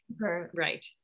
right